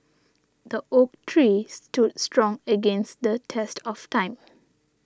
the oak tree stood strong against the test of time